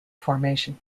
formation